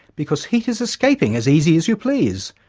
because heat is escaping as easy as you please.